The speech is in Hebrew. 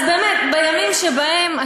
אז באמת בימים שבהם,